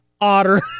Otter